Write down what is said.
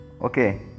Okay